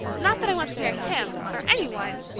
not that i want to marry him, or any one.